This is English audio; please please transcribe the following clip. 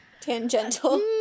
Tangential